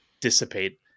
dissipate